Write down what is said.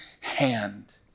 hand